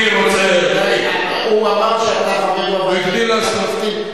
הוא אמר שאתה חבר בוועדה לבחירת שופטים,